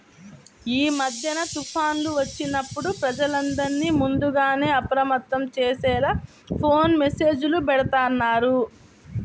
యీ మద్దెన తుఫాన్లు వచ్చినప్పుడు ప్రజలందర్నీ ముందుగానే అప్రమత్తం చేసేలా ఫోను మెస్సేజులు బెడతన్నారు